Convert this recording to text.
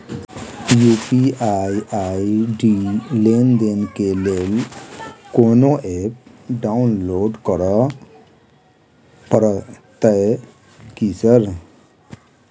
UPI ID लेनदेन केँ लेल कोनो ऐप डाउनलोड करऽ पड़तय की सर?